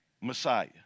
Messiah